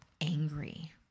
angry